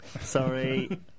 Sorry